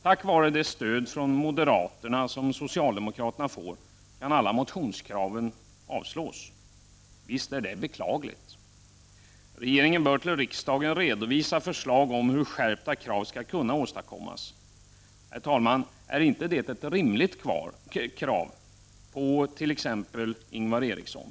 Tack vare det stöd som socialdemokraterna får från moderaterna kan alla motionskrav avslås, och visst är det beklagligt! Regeringen bör för riksdagen redovisa förslag om skärpta krav i detta avseende. Är inte detta rimligt, Ingvar Eriksson?